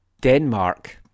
Denmark